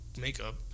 makeup